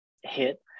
hit